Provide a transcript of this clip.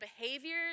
behaviors